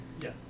Yes